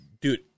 Dude